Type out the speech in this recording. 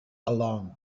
along